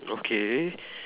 okay